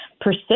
persist